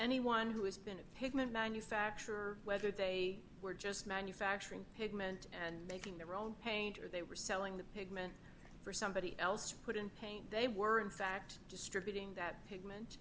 anyone who has been a pigment manufacturer whether they were just manufacturing pigment and making their own paint or they were selling the pigment for somebody else put in paint they were in fact distributing that